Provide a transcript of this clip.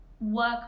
work